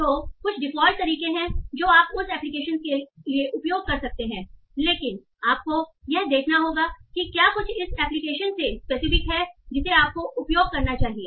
तो कुछ डिफ़ॉल्ट तरीके हैं जो आप उस एप्लिकेशन के लिए उपयोग कर सकते हैं लेकिन आपको यह देखना होगा कि क्या कुछ इस एप्लिकेशन से स्पेसिफिक है जिसे आपको उपयोग करना चाहिए